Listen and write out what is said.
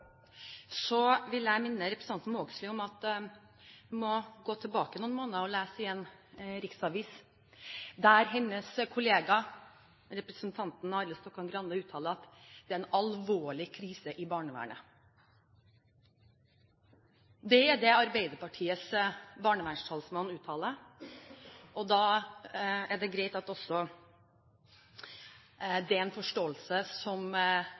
vil jeg minne representanten Vågslid på å gå tilbake noen måneder og lese i en riksavis, der hennes kollega, representanten Arild Stokkan-Grande, uttaler at det er en alvorlig krise i barnevernet. Det er det Arbeiderpartiets barnevernstalsmann uttaler. Da er det greit at det også er en forståelse som